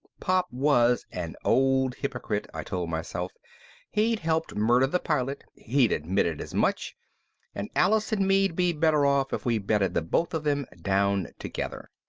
pop was, an old hypocrite, i told myself he'd helped murder the pilot, he'd admitted as much and alice and me'd be better off if we bedded the both of them down together.